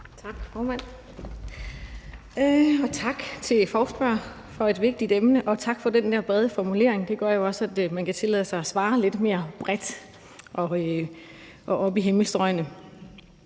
Tak, formand. Tak til forespørgerne for et vigtigt emne, og tak for den der brede formulering. Den gør jo også, at man kan tillade sig at svare lidt mere med brede penselstrøg.